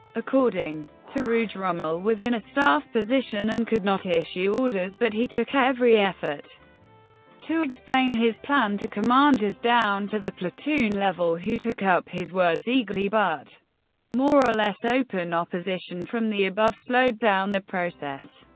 according to ruge, rommel was in a staff position and could not issue orders, but he took every effort to explain his plan to commanders down to the platoon level, who took up his words eagerly, but more or less open opposition from the above slowed down the process.